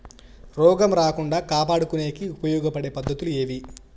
రోగం రాకుండా కాపాడుకునేకి ఉపయోగపడే పద్ధతులు ఏవి?